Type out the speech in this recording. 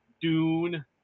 Dune